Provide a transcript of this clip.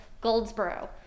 goldsboro